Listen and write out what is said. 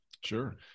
Sure